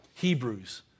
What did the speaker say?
Hebrews